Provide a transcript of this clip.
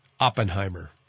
Oppenheimer